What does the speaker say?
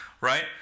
right